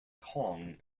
kong